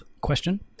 question